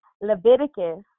Leviticus